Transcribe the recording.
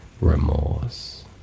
remorse